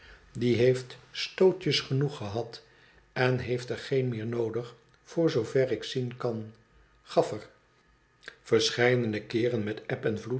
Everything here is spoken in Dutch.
die heeft stootjes genoeg gehad en heeft er geen meer noodig voor zoover ik zien kan gaflfer verscheidene keeren met